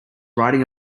riding